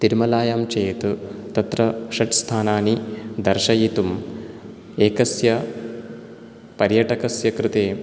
तिरुमलायां चेत् तत्र षट् स्थानानि दर्शयितुम् एकस्य पर्यटकस्य कृते